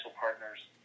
partners